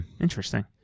Interesting